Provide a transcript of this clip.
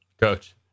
Coach